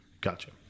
gotcha